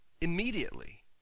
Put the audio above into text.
immediately